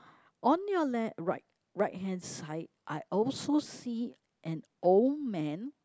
on your left right right hand side I also see an old man